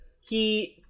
he-